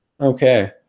Okay